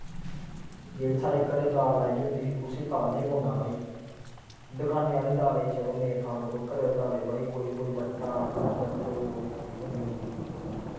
जेह्ड़ी साढ़े घरें दाल लाई दी होंदी उस्सी तालनें पौंदा भाई दकान आह्ली दाल गी ते नेईं तालदा कोई पर घर आह्ली दाल च कोई ना कोई बट्टा कन्नै कोई ना कोई चीज़ होंदी